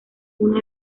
uno